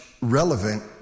relevant